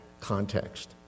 context